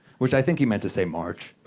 which i think he meant to say march,